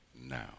now